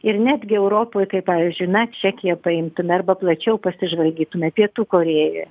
ir netgi europoj kaip pavyzdžiui na čekiją paimtume arba plačiau pasižvalgytume pietų korėjoje